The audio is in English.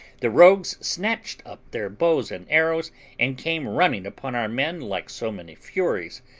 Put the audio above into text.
the rogues snatched up their bows and arrows and came running upon our men like so many furies,